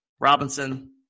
Robinson